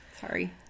Sorry